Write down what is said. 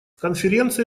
конференции